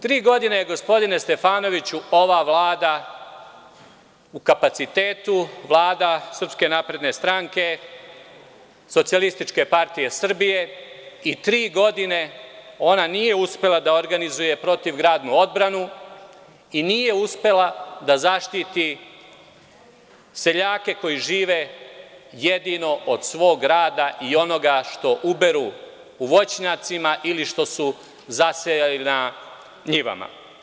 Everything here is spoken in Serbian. Tri godine je, gospodine Stefanoviću, ova Vlada u kapacitetu, Vlada Srpske napredne stranke i Socijalističke partije Srbije, i tri godine ona nije uspela da organizuje pritivgradnu odbranu i nije uspela da zaštiti seljake koji žive jedino od svog rada i onoga što uberu u voćnjacima ili što su zasejali na njivama.